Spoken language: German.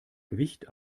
gewicht